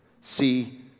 See